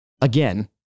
again